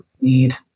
need